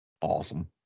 Awesome